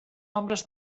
nombres